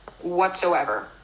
whatsoever